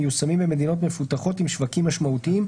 המיושמים במדינות מפותחות עם שווקים משמעותיים,